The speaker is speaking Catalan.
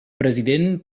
president